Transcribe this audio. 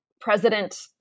President